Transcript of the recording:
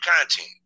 content